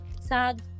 Sad